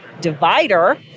divider